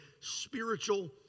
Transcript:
spiritual